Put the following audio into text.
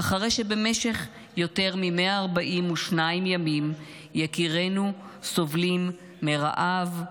אחרי שבמשך יותר מ-142 ימים יקירינו סובלים מרעב,